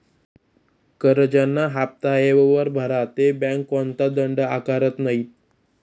करजंना हाफ्ता येयवर भरा ते बँक कोणताच दंड आकारत नै